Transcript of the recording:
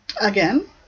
again